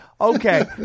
Okay